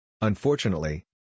Unfortunately